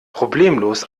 problemlos